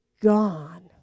gone